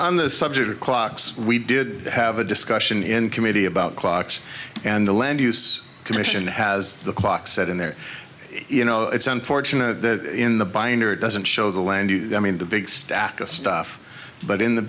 on the subject of clocks we did have a discussion in committee about clocks and the land use commission has the clock set in there you know it's unfortunate that in the binder it doesn't show the landing i mean the big stack of stuff but in the